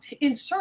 insert